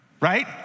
right